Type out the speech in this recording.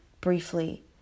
briefly